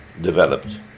developed